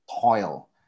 toil